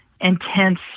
intense